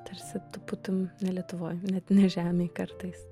tarsi būtum ne lietuvoj net ne žemėj kartais